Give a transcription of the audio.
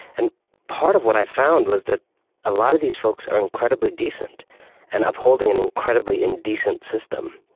and part of what i found was that a lot of these folks are incredibly decent and upholding an incredibly indecent system.